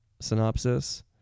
synopsis